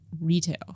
retail